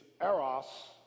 eros